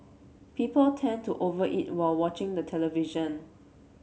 people tend to over eat while watching the television